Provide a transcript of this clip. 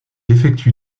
effectue